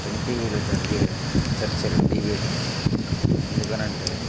ఎన్టీవీలో జరిగే చర్చలు డిబేట్లు ఎందుకని అంటే